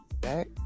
back